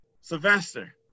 Sylvester